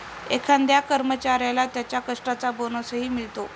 एखाद्या कर्मचाऱ्याला त्याच्या कष्टाचा बोनसही मिळतो